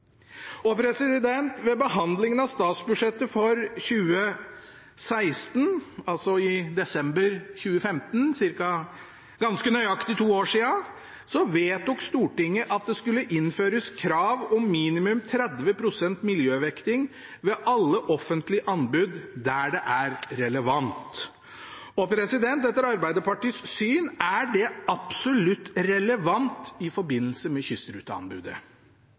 Ved behandlingen av statsbudsjettet for 2016, altså i desember 2015 – for ganske nøyaktig to år siden – vedtok Stortinget at det skulle innføres krav om minimum 30 pst. miljøvekting ved alle offentlige anbud der det er relevant. Etter Arbeiderpartiets syn er det absolutt relevant i forbindelse med kystruteanbudet.